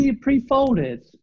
Pre-folded